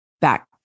back